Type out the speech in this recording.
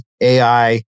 AI